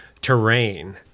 terrain